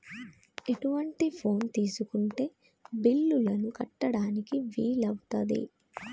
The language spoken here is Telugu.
ఎటువంటి ఫోన్ తీసుకుంటే బిల్లులను కట్టడానికి వీలవుతది?